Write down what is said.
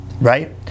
Right